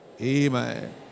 Amen